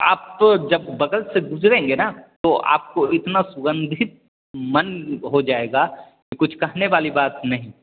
आप जब बगल से गुजरेंगे न तो आपको इतना सुगंधित मन हो जाएगा कि कुछ कहने वाली बात नहीं